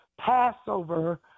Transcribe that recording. Passover